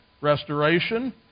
restoration